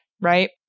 right